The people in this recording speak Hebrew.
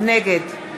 נגד יריב לוין, בעד